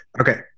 Okay